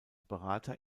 berater